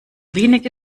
wenige